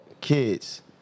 kids